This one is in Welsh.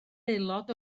aelod